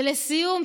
ולסיום,